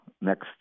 next